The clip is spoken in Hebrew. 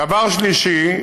דבר שלישי,